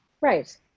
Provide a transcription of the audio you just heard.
right